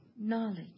knowledge